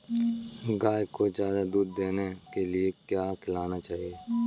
गाय को ज्यादा दूध देने के लिए क्या खिलाना चाहिए?